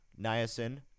niacin